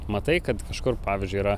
matai kad kažkur pavyzdžiui yra